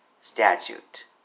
statute